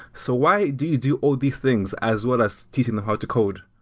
so why do you do all these things as well as teaching them how to code?